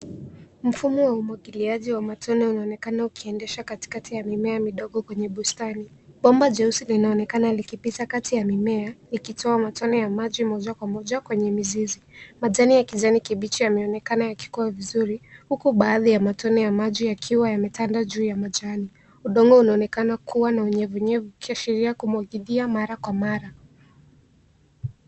Mfumo wa umagiliaji wa matone unaonekana ukiendesha katikati ya mimea midogo kwenye bustani. Bomba jeusi linaonekana likipita kati ya mimea, ikitoa matone ya maji moja kwa moja kwenye mizizi. Majani ya kijani kibichi yanaonekana yakikua vizuri, huku baadhi ya matone ya maji yakiwa yametanda juu ya majani. Udongo unaonekana kuwa na unyevunyevu ikiashiria kumwagilia mara kwa mara.